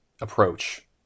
approach